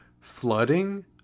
flooding